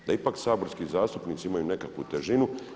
Da ipak saborski zastupnici imaju nekakvu težinu.